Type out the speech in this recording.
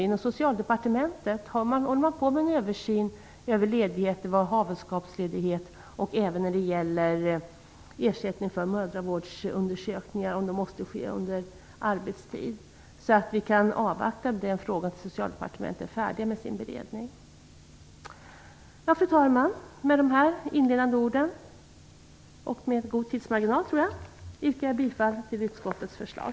Inom Socialdepartementet håller man på med en översyn av havandeskapsledighet och ersättning för mödravårdsundersökningar som måste ske under arbetstid. Vi kan avvakta med den frågan tills man på Socialdepartementet är färdig med sin beredning. Fru talman! Med dessa ord yrkar jag bifall till utskottets förslag.